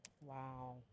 Wow